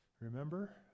remember